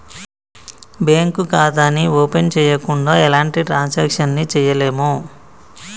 bank ఖాతాని open చెయ్యకుండా ఎలాంటి ట్రాన్సాక్షన్స్ ని చెయ్యలేము